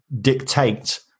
dictate